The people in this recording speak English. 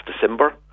December